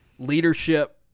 leadership